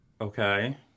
Okay